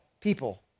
people